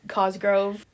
Cosgrove